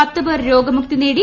പത്ത് പേർ രോഗമുക്തിനേടി